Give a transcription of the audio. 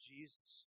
Jesus